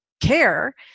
care